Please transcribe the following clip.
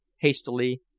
hastily